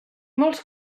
molts